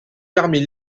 permis